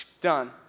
done